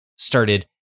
started